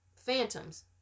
phantoms